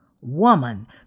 Woman